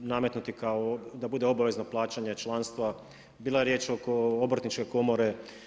nametnuti kao da bude obavezno plaćanje članstva, bilo je riječ oko obrtničke komore.